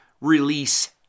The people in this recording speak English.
release